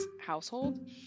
household